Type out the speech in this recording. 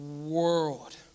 world